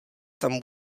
tam